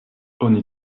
oni